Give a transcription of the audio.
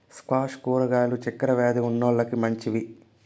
squash కూరగాయలు చక్కర వ్యాది ఉన్నోలకి మంచివి